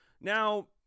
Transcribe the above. Now